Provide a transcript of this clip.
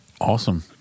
Awesome